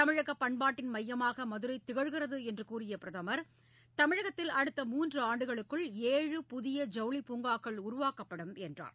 தமிழக பண்பாட்டின் மையமாக மதுரை திகழ்கிறது என்று கூறிய பிரதமர் தமிழகத்தில் அடுத்த மூன்றாண்டுகளுக்குள் ஏழு புதிய ஜவுளி பூங்காக்கள் உருவாக்கப்படும் என்றார்